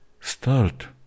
start